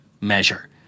measure